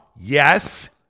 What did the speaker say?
Yes